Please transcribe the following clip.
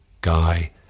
guy